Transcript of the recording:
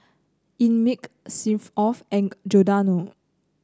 Einmilk Smirnoff and Giordano